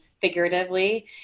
figuratively